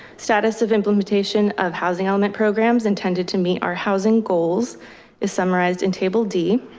status of implementation of housing element programs intended to meet our housing goals is summarized in table d.